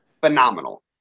phenomenal